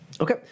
Okay